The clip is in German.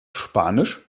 spanisch